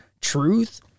truth